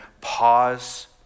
pause